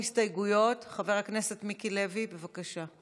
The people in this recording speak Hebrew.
חבר הכנסת מיקי לוי, בבקשה.